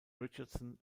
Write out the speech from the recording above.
richardson